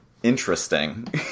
Interesting